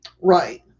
Right